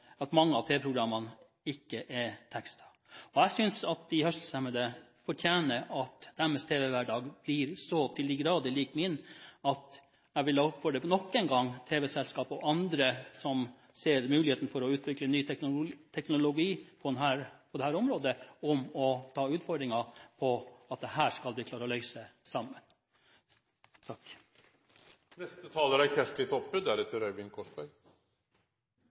fordi mange tv-programmer ikke er tekstet. Jeg synes at de hørselshemmede fortjener at deres tv-hverdag blir så til de grader lik min, at jeg nok en gang vil oppfordre tv-selskap og andre som ser muligheten for å utvikle ny teknologi på dette området, om å ta utfordringen om å klare å løse dette sammen. Senterpartiet er